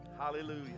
Hallelujah